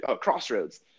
Crossroads